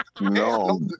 No